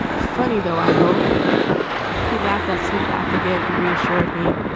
funny, though. i hope he laughed that sweet laugh again and reassured me.